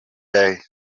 day